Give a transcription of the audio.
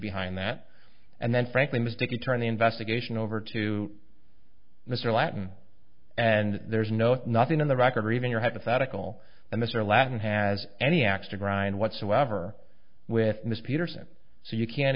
behind that and then frankly mistaken turn the investigation over to mr latin and there's no nothing in the record or even your hypothetical and this or latin has any ax to grind whatsoever with miss peterson so you can't